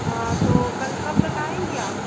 हाँ तो कल कब तक आएँगी आप